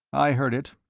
i heard it,